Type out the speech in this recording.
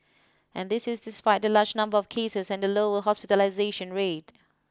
and this is despite the larger number of cases and the lower hospitalisation rate